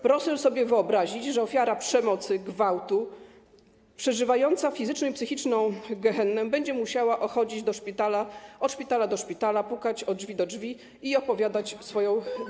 Proszę sobie wyobrazić, że ofiara przemocy, gwałtu, przeżywająca fizyczną i psychiczną gehennę, będzie musiała chodzić od szpitala do szpitala, pukać od drzwi do drzwi i opowiadać swoją.